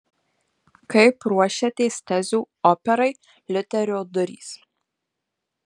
kaip ruošiatės tezių operai liuterio durys